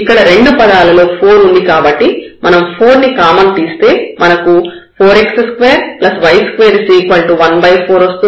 ఇక్కడ రెండు పదాలలో 4 ఉంది కాబట్టి మనం 4 ని కామన్ తీస్తే మనకు 4x2y214 వస్తుంది